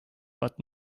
but